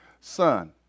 son